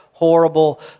horrible